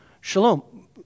Shalom